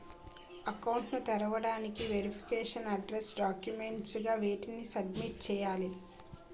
Account ను తెరవటానికి verification address documents గా వేటిని సబ్మిట్ చేయాలి?